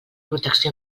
protecció